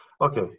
Okay